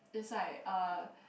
is like uh